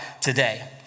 today